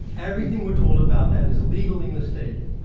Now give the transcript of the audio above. everything we're told about that is legally mistaken.